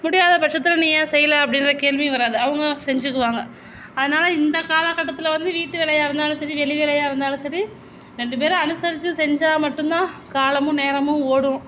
முடியாதபட்சத்தில் நீ ஏன் செய்யலை அப்படின்ற கேள்வியும் வராது அவங்க செஞ்சுக்குவாங்க அதனால இந்த காலக்கட்டத்தில் வந்து வீட்டு வேலையாக இருந்தாலும் சரி வெளி வேலையாக இருந்தாலும் சரி ரெண்டு பேரும் அனுசரித்து செஞ்சால் மட்டுந்தான் காலமும் நேரமும் ஓடும்